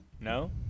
No